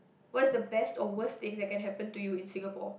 what's the best or worst thing that can happen to you in Singapore